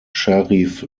sharif